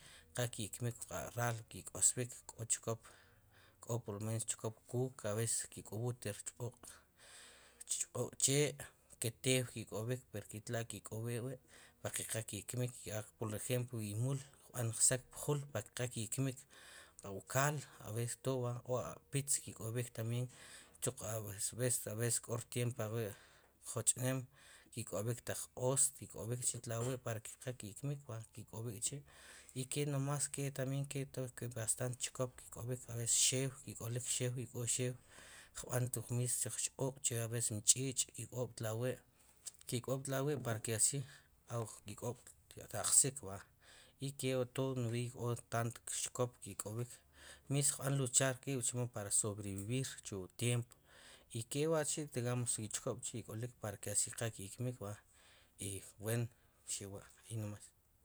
Qal ke' kmik wu raal ke' k'osb'ik k'o chkop k'o por lo menos chkop kuk a veces ki' kób'ul pk'b'q' che' ke tew k'olik pero tlawi' ke' kób'ul para que qal ke' kmik por ejemplo wu imul kb'an ksak pu wu juul rech qal ke' kmik wu kal a veces todo va pitz ke kóbík también a veces k'o rtiempo ajwi' rech'nem ke' k'ob'ik taq q'oos ke k'ob'ik chi' tlawi' rech qal ke' kmik kuant ke' k'ob'ik k'chi' y que nomas que también bastante chkop ke' k'ob'ik a veces xew k'olik wex jab'an lo mismo chej chq'ob' a veces mich'ich' ik'ob' tlawi' ki0 k'ob tlamwi' para que así ke k'ob' ajsik verdad y kewa' nodiy todo tanto chkop ke k'ob'ik mismo kb'an luchar quib' chemo para sobre vivir chuwu tiempo y que wa' chi' digamos y chkop k'chi' ik'olik para que asi qal ke' memik verdad y bueno xewa' chi' ahi no mas